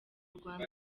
rwanda